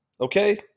Okay